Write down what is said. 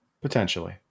Potentially